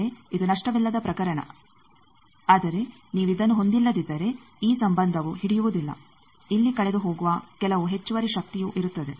ಮತ್ತೆ ಇದು ನಷ್ಟವಿಲ್ಲದ ಪ್ರಕರಣ ಆದರೆ ನೀವು ಇದನ್ನು ಹೊಂದಿಲ್ಲದಿದ್ದರೆ ಈ ಸಂಬಂಧವು ಹಿಡಿಯುವುದಿಲ್ಲ ಇಲ್ಲಿ ಕಳೆದುಹೋಗುವ ಕೆಲವು ಹೆಚ್ಚುವರಿ ಶಕ್ತಿಯೂ ಇರುತ್ತದೆ